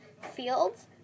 fields